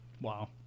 Wow